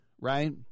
Right